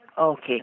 Okay